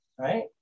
Right